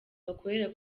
bakorera